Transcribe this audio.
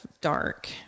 dark